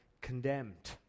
condemned